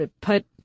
put